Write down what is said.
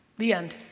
the end